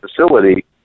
facility